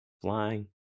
flying